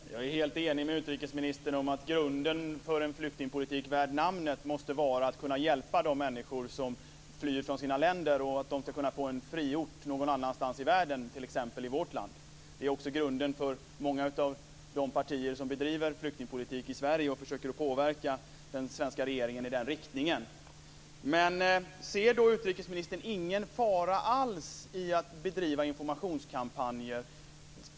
Fru talman! Jag är helt enig med utrikesministern om att grunden för en flyktingpolitik värd namnet måste vara att hjälpa de människor som flyr från sina länder och att de skulle kunna få en fristad någon annanstans i världen, t.ex. i vårt land. Det är också grunden för många av de partier som bedriver flyktingpolitik i Sverige och hur de försöker påverka den svenska regeringen i den riktningen. Ser utrikesministern ingen fara alls i att bedriva informationskampanjer?